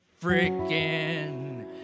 freaking